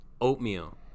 Oatmeal